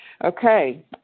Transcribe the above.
Okay